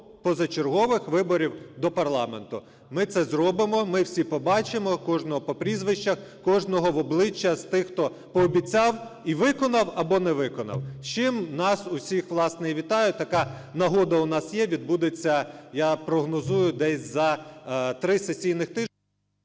позачергових виборів до парламенту. Ми це зробимо, ми всі побачимо кожного по прізвищах, кожного в обличчя з тих, хто пообіцяв і виконав або не виконав. З чим нас усіх, власне, і вітаю, така нагода у нас є, відбудеться, я прогнозую, десь за три сесійних тижнів…